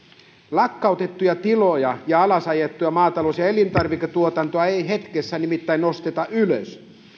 lakkautettuja tiloja ja alas ajettua maatalous ja elintarviketuotantoa ei nimittäin hetkessä nosteta ylös